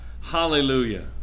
Hallelujah